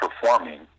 performing